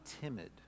timid